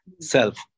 self